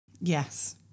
Yes